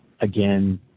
again